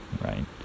Right